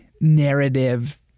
narrative